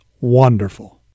wonderful